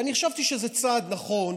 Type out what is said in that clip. ואני חשבתי שזה צעד נכון,